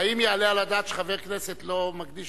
האם יעלה על הדעת שחבר כנסת לא מקדיש